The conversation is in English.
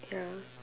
ya